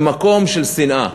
למקום של שנאה.